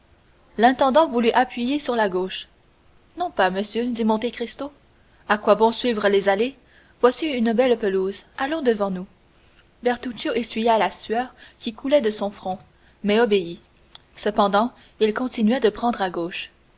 l'intendant voulut appuyer sur la gauche non pas monsieur dit monte cristo à quoi bon suivre les allées voici une belle pelouse allons devant nous bertuccio essuya la sueur qui coulait de son front mais obéit cependant il continuait de prendre à gauche